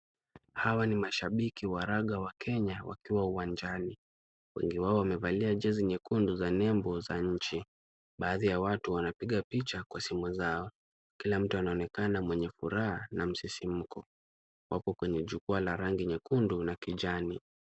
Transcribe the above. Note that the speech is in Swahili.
Hawa ni mashabiki wa raga Kenya wakiwa uwanjani, wengi wao wamevalia jezi nyekundu zenye nembo ya nchi, baadhi ya watu wanapiga picha kwa simu zao kila mtu anaonekana mwenye furaha na msisimko wako kwenye jukwaa la rangi nyekundu na kijani.